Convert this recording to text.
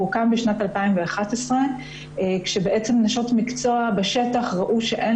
הוא הוקם בשנת 2011 כשנשות מקצוע בשטח ראו שאין